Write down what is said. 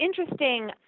interesting